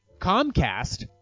Comcast